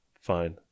fine